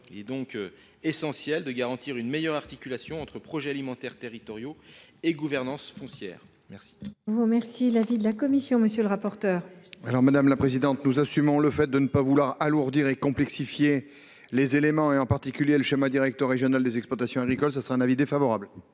Il est donc essentiel de garantir une meilleure articulation entre projets alimentaires territoriaux et gouvernance foncière. Quel